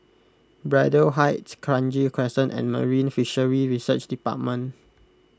Braddell Heights Kranji Crescent and Marine Fisheries Research Department